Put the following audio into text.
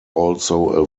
also